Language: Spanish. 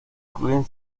incluyen